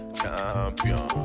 Champion